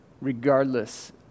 regardless